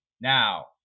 Now